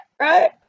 right